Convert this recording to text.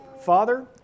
Father